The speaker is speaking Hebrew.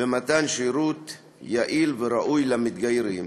במתן שירות יעיל וראוי למתגיירים,